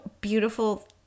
beautiful